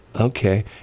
okay